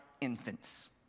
infants